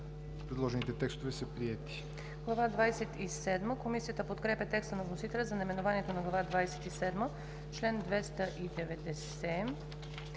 Предложените текстове са приети.